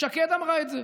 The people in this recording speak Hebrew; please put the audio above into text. שקד אמרה את זה.